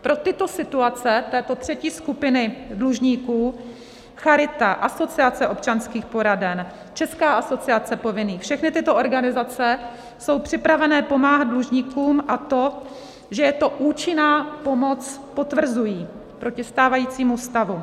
Pro tyto situace této třetí skupiny dlužníků Charita, Asociace občanských poraden, Česká asociace povinných, všechny tyto organizace jsou připravené pomáhat dlužníkům, a to, že je to účinná pomoc, potvrzují, proti stávajícímu stavu.